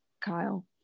kyle